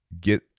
get